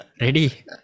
Ready